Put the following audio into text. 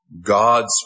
God's